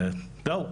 וזהו.